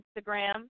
Instagram